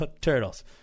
turtles